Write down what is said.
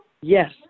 Yes